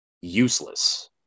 useless